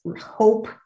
hope